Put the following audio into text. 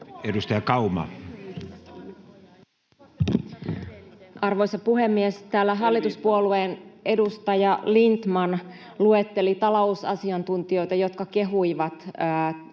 Content: Arvoisa puhemies! Täällä hallituspuolueen edustaja Lindtman luetteli talousasiantuntijoita, jotka kehuivat Uniper-kaupan